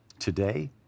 today